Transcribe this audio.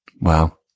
Wow